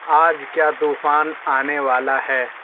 آج کیا طوفان آنے والا ہے